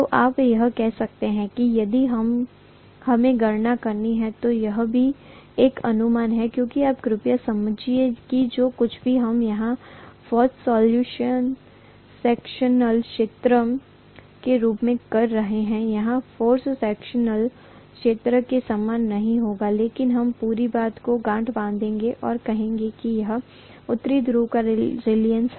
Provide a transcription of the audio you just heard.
तो आप यह कह सकते हैं कि यदि हमें गणना करनी है तो यह भी एक अनुमान है क्योंकि आप कृपया समजीए कि जो कुछ भी हम यहाँ क्रॉस सेक्शनल क्षेत्र के रूप में कर रहे हैं यहाँ क्रॉस सेक्शनल क्षेत्र के समान नहीं होगा लेकिन हम पूरी बात को गांठ बांधेंगे और कहेंगे कि यह उत्तरी ध्रुव का रीलक्टन्स है